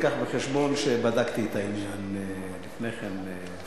תביא בחשבון שבדקתי את העניין לפני כן,